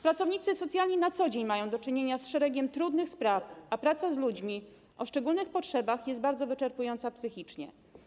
Pracownicy socjalni na co dzień mają do czynienia z szeregiem trudnych spraw, a praca z ludźmi o szczególnych potrzebach jest bardzo wyczerpująca psychicznie.